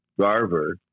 Garver